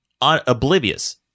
oblivious